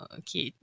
okay